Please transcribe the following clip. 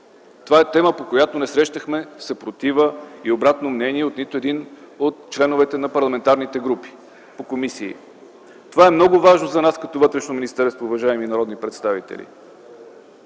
Това е тема, по която не срещнахме съпротива и обратно мнение от нито един от членовете на парламентарните групи по комисии. Това е много важно за нас като Вътрешно министерство, уважаеми народни представители.